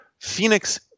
Phoenix